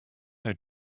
how